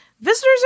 Visitors